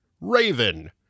Raven